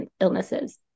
illnesses